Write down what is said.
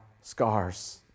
scars